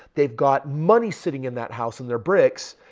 they've got money sitting in that house and they're bricks.